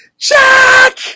Jack